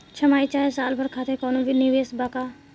छमाही चाहे साल भर खातिर कौनों निवेश बा का?